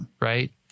Right